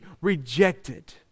rejected